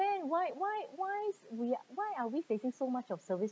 then why why why we are why are we facing so much of service